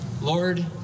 Lord